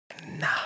Nah